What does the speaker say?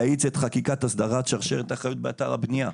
להאיץ את חקיקת הסדרת שרשרת האחריות באתר הבנייה,